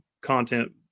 content